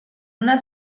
una